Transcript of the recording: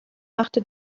machte